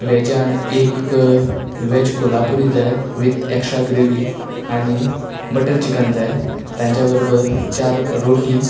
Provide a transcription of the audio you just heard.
वॅजान एक वॅज कोलापुरी जाय वीत एक्स्ट्रा ग्रेवी आनी बटर चिकन जाय तांच्या बरोबर चार रोटी